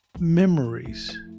memories